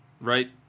right